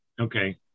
Okay